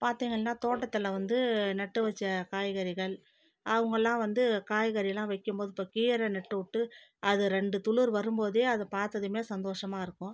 பார்த்தீங்கன்னா தோட்டத்தில் வந்து நட்டு வச்ச காய்கறிகள் அவங்களாம் வந்து காய்கறிலாம் வைக்கும்போது இப்போ கீரை நட்டுவிட்டு அது ரெண்டு துளிர் வரும்போதே அதை பார்த்ததுமே சந்தோஷமாக இருக்கும்